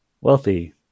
wealthy